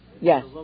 Yes